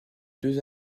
deux